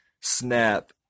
snap